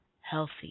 healthy